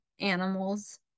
animals